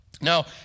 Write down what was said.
Now